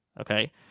okay